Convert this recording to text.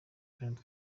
kandi